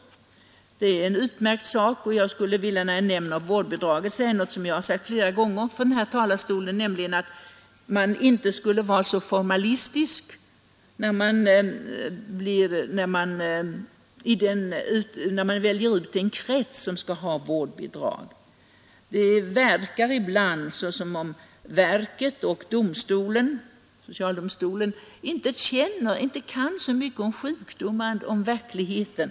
Detta är en utmärkt sak. Beträffande vårdbidraget vill jag också nämna något som jag varit inne på tidigare från denna talarstol, nämligen det att man inte skall vara så formalistisk vid valet av den krets som skall ha vårdbidrag. Det ser ibland ut som om man på verket och i socialdomstolen inte kan så mycket om sjukdomar och inte vet så mycket om verkligheten.